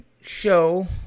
show